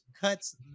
cuts